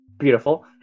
Beautiful